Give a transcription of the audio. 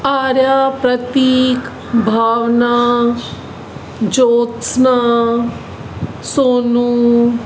Aarav Prateek Bhavna Jyotsna Sonu